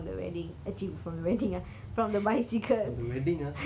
from the wedding ah